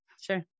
Sure